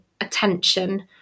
attention